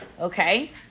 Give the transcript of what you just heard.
okay